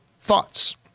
thoughts